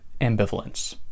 ambivalence